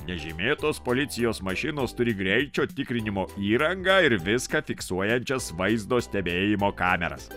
nežymėtos policijos mašinos turi greičio tikrinimo įrangą ir viską fiksuojančias vaizdo stebėjimo kameras